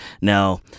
Now